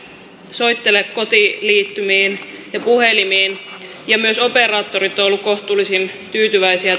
soittele kotiliittymiin ja puhelimiin ja myös operaattorit ovat olleet kohtuullisen tyytyväisiä